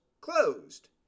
closed